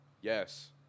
Yes